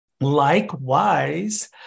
Likewise